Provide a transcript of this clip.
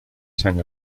san